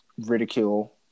ridicule